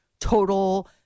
total